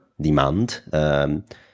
demand